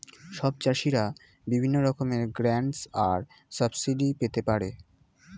সব চাষীরা বিভিন্ন রকমের গ্র্যান্টস আর সাবসিডি পেতে পারে